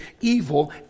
evil